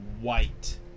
white